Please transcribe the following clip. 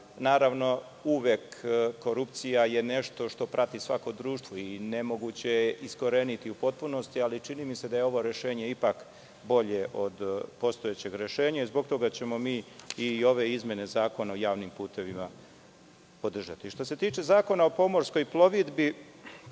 pumpu. Naravno, korupcija je uvek nešto što prati svako društvo i nemoguće je iskoreniti u potpunosti, ali čini mi se da je ovo rešenje ipak bolje od postojećeg rešenja i zbog toga ćemo mi i ove izmene Zakona o javnim putevima podržati. Što se tiče Zakona o pomorskoj plovidbi